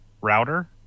router